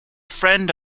friend